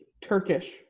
Turkish